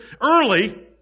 early